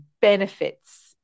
benefits